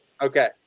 Okay